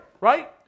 right